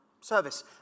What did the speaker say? service